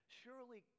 surely